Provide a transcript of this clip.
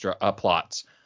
plots